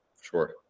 Sure